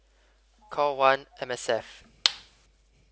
call one M_S_F